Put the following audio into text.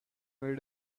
made